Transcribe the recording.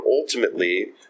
ultimately